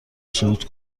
صعود